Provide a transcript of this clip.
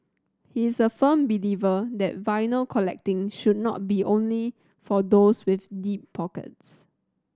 he's a firm believer that vinyl collecting should not be only for those with deep pockets